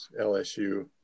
LSU